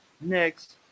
next